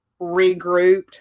regrouped